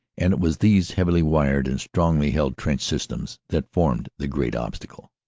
and it was these heavily-wired and strongly held trench systems that formed the great obstacle.